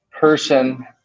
person